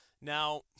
Now